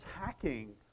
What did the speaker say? hacking